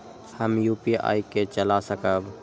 हम यू.पी.आई के चला सकब?